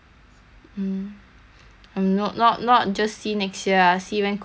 I'm not not not just see next year see when COVID end ah wh~